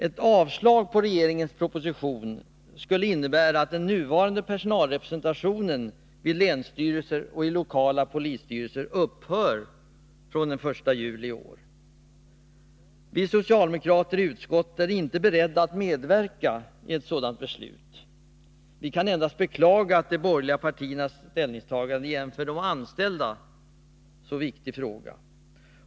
Ett avslag på regeringens proposition skulle innebära att den nuvarande personalrepresentationen vid länsstyrelser och i lokala polisstyrelser upphör från den 1 juli i år. Vi socialdemokrater i utskottet är inte beredda att medverka i ett sådant beslut. Vi kan endast beklaga de borgerliga partiernas ställningstagande i en för de anställda så viktig fråga.